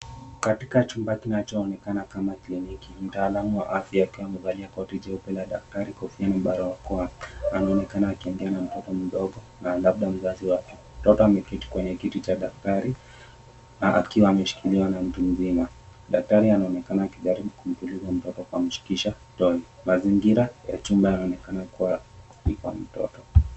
Katika chumba kinachoonekana kama kliniki. Mtaalamu wa afya akiwa amevalia koti jeupe la daktari, kofia na barakoa. Anaonekana akiongea na mtoto mdogo na labda mzazi wake. Mtoto ameketi kwenye kiti cha daktari na akiwa ameshikiliwa na mtu mzima. Daktari anaonekana akijaribu kumtuliza mtoto kwa kumshikisha toy . Mazingira ya chumba yanaonekana kuwa ni kwa mtoto.